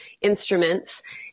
instruments